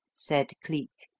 said cleek.